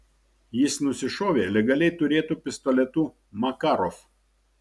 jis nusišovė legaliai turėtu pistoletu makarov